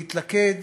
להתלכד